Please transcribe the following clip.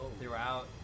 throughout